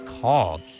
called